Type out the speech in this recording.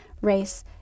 race